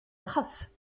atroces